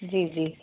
जी जी